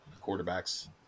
quarterback's –